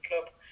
Club